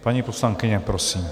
Paní poslankyně, prosím.